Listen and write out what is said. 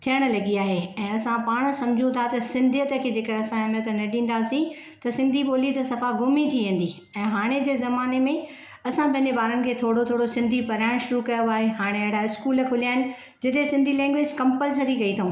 थियणु लॻी आहे ऐं असां पाण सम्झूं था त सिंधीयति खे जे अगरि असां अहमियत न ॾींदासीं त सिंधी ॿोली त सफ़ा गुम ई थी वेंदी ऐं हाणे जे ज़माने में असां पंहिंजे ॿारनि खे थोरो थोरो सिन्धी पढ़ाइणु शुरु कयो आहे हाणे अहिड़ा स्कूल खुलिया आहिनि जिथे सिंधी लेंगवेज़ कम्पल्सरी कई अथऊं